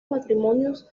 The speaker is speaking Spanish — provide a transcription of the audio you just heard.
matrimonios